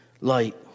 light